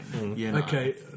Okay